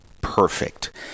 perfect